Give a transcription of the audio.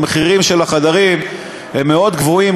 המחירים של החדרים הם מאוד גבוהים,